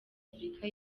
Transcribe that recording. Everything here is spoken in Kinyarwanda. afurika